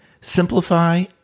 simplify